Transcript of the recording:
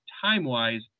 time-wise